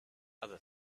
other